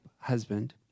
husband